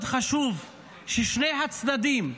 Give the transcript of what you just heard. מאוד חשוב ששני הצדדים,